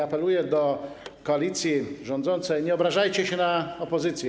Apeluję do koalicji rządzącej: nie obrażajcie się na opozycję.